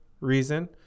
reason